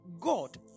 God